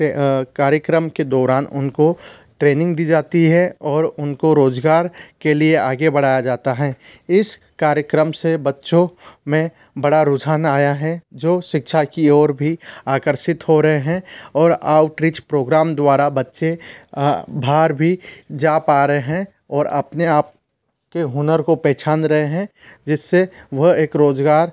कार्यक्रम के दौरान उनको ट्रेनिंग दी जाती है और उनको रोजगार के लिए आगे बढ़ाया जाता है इस कार्यक्रम से बच्चों में बड़ा रुझान आया है जो शिक्षा की ओर भी आकर्षित हो रहे हैं और आउटरेज प्रोग्राम द्वारा बच्चे भर भी जा पा रहे हैं और अपने आप के हुनर को पहचान रहे हैं जिससे वह एक रोजगार